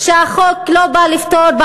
שהחוק לא בא לפתור,